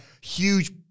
Huge